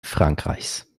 frankreichs